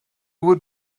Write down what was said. would